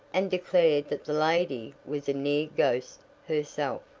and declared that the lady was a near-ghost herself.